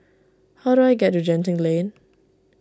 how do I get to Genting Lane